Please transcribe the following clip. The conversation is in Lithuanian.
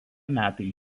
metai